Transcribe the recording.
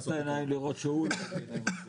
רק הערה: